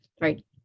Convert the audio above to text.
right